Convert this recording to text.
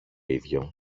ίδιο